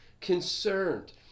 concerned